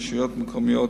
לרשויות מקומיות